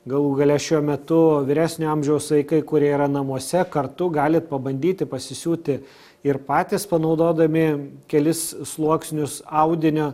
galų gale šiuo metu vyresnio amžiaus vaikai kurie yra namuose kartu galit pabandyti pasisiūti ir patys panaudodami kelis sluoksnius audinio